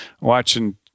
watching